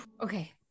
Okay